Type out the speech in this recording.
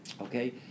Okay